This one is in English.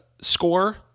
score